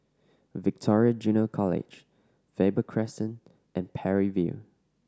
Victoria Junior College Faber Crescent and Parry View